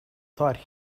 thought